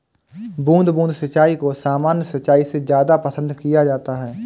बूंद बूंद सिंचाई को सामान्य सिंचाई से ज़्यादा पसंद किया जाता है